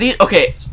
okay